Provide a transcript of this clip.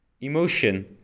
emotion